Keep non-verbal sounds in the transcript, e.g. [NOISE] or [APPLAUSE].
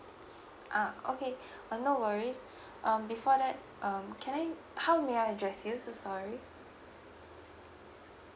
ah okay [BREATH] uh no worries [BREATH] um before that um can I how may I address you so sorry